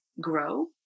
grow